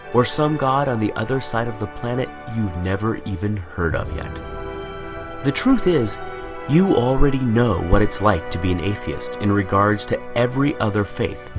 or some god on the other side of the planet you've never even heard of yet the truth is you already know what it's like to be an atheist in regards to every other faith,